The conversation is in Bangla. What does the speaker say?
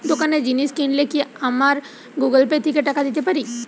দোকানে জিনিস কিনলে কি আমার গুগল পে থেকে টাকা দিতে পারি?